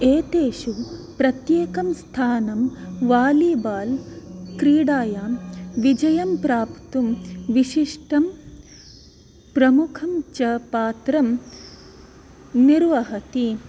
एतेषु प्रत्येकं स्थानं वालीबाल् क्रीडायां विजयं प्राप्तुं विशिष्टं प्रमुखं च पात्रं निर्वहति